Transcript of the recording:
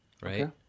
right